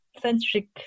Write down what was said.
centric